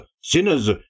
sinners